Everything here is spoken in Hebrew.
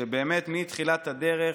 שבאמת, מתחילת הדרך,